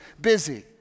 busy